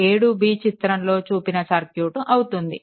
7b చిత్రంలో చూపిన circuit అవుతుంది